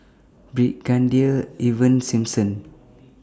Brigadier Ivan Simson